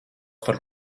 par